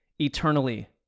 eternally